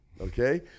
okay